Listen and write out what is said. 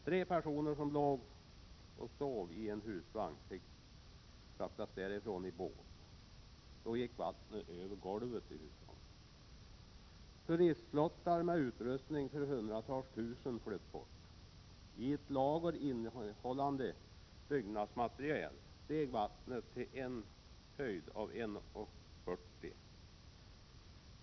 Tre personer som låg och sov i en husvagn fick fraktas därifrån i båt. Då gick vattnet över golvet i husvagnen. Turistflottar med utrustning för hundratusentals kronor flöt bort. I ett lager innehållande byggnadsmateriel steg vattnet till en höjd av 1,4 meter.